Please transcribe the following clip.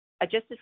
Adjusted